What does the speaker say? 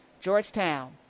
Georgetown